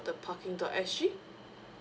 called the parking dot S G